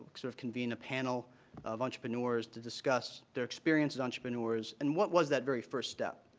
sort of convene the panel of entrepreneurs to discuss their experience as entrepreneurs and what was that very first step.